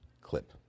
clip